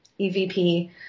EVP